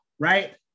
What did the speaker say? right